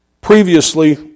previously